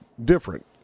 different